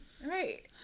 Right